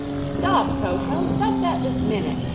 stop, toto! stop that this minute!